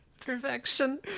perfection